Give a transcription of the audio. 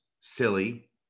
silly